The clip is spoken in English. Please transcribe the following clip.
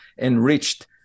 enriched